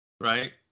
right